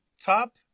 top